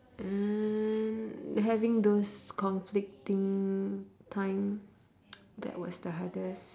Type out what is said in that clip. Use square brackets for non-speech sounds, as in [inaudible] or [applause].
and having those conflicting time [noise] that was the hardest